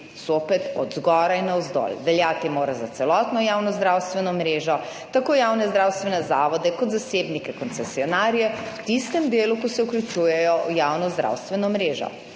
zopet od zgoraj navzdol, veljati mora za celotno javno zdravstveno mrežo, tako javne zdravstvene zavode kot zasebnike koncesionarje v tistem delu, ko se vključujejo v javno zdravstveno mrežo.